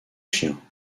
chiens